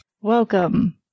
Welcome